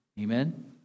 Amen